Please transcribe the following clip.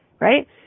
right